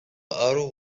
arrow